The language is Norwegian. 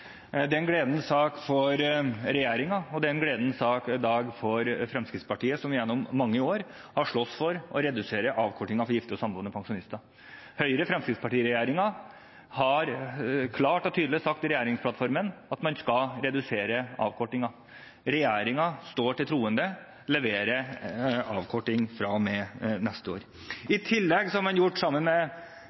Det er en gledens dag for regjeringen, og det er en gledens dag for Fremskrittspartiet, som gjennom mange år har slåss for å redusere avkortingen for gifte og samboende pensjonister. Høyre- og Fremskrittsparti-regjeringen har klart og tydelig sagt i regjeringsplattformen at man skal redusere avkortingen. Regjeringen står til troende og leverer avkorting fra og med neste år. I tillegg har man sammen med